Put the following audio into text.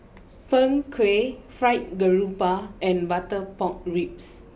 Png Kueh Fried Garoupa and Butter Pork Ribs